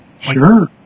Sure